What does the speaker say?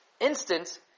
instance